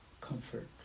comfort